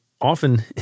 often